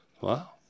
Wow